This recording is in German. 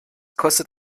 kostet